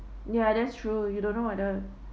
ya that's true you don't know whether